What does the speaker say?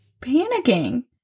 panicking